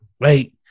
Right